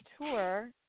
tour